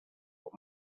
what